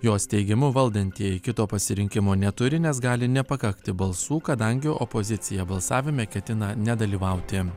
jos teigimu valdantieji kito pasirinkimo neturi nes gali nepakakti balsų kadangi opozicija balsavime ketina nedalyvauti